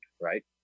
Right